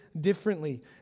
differently